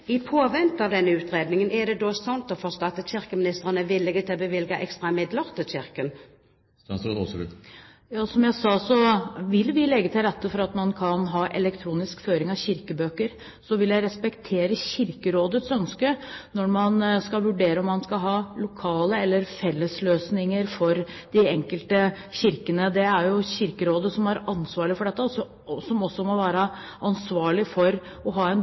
i påvente av denne utredningen, er det da slik å forstå at kirkeministeren er villig til å bevilge ekstra midler til Kirken? Som jeg sa, vil vi legge til rette for at man kan ha elektronisk føring av kirkebøker. Så vil jeg respektere Kirkerådets ønske når man skal vurdere om man skal ha lokale løsninger eller fellesløsninger for de enkelte kirkene. Det er jo Kirkerådet som har ansvaret for dette, og som også må være ansvarlig for å ha en